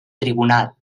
tribunal